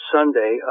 Sunday